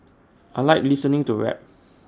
I Like listening to rap